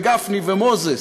גפני ומוזס